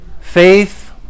Faith